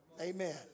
amen